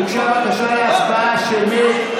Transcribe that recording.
הוגשה בקשה להצבעה שמית.